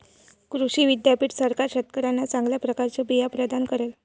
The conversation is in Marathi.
कृषी विद्यापीठ सरकार शेतकऱ्यांना चांगल्या प्रकारचे बिया प्रदान करेल